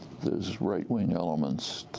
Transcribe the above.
there's right-wing elements,